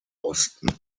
osten